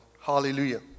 Hallelujah